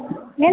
hello